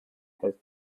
had